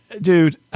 Dude